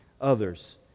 others